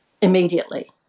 immediately